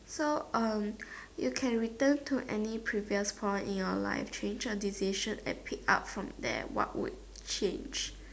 so um you can return to any previous point in your life change your decision and pick up from there what would change